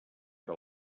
que